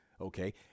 okay